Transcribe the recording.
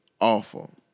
awful